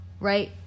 right